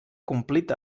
complit